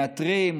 מאתרים,